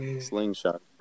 slingshot